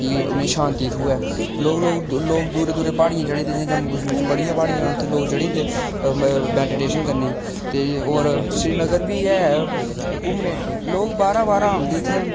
कि उनेंगी शांति थ्होऐ लोक दूरा दूरा प्हाड़ियें र इंया जम्मू कशमीर च बड़ी प्हाड़ियां न लोक उत्थें चढ़ी जंदे न मेडीटेशन करने गी ते होर सिरीनगर बी ऐ घूमने गी लोक बाह्रा बाह्रा औंदे इत्थै